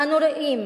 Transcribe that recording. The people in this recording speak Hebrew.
אנו רואים